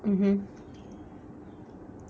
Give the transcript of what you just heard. mmhmm